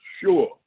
sure